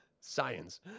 Science